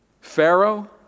Pharaoh